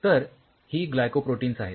तर ही glycoproteins आहेत